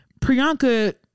Priyanka